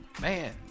Man